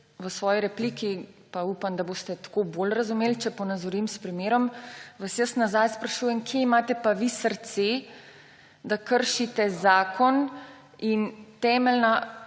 v svoji repliki, pa upam, da boste tako bolj razumeli, če ponazorim s primerom, vas jaz nazaj sprašujem, kje imate pa vi srce, da kršite zakon in temeljna